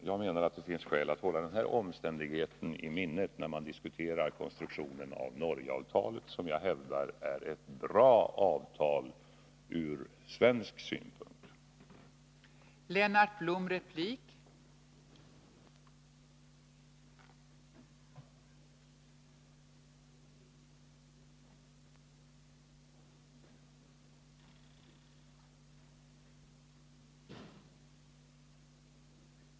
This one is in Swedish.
Jag menar att det finns skäl att hålla denna omständighet i minnet när man diskuterar konstruktionen av Norgeavtalet, som jag hävdar är ett bra avtal ur svensk synpunkt.